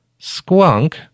Squonk